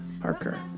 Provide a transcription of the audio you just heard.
Parker